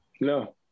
No